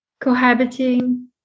cohabiting